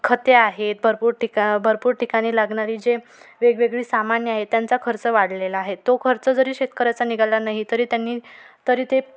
खते आहेत भरपूर टिका भरपूर ठिकाणी लागणारी जे वेगवेगळी सामाने आहेत त्यांचा खर्च वाढलेला आहे तो खर्च जरी शेतकऱ्याचा निघाला नाही तरी त्यांनी तरी ते